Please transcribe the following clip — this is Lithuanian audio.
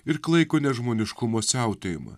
ir klaikų nežmoniškumo siautėjimą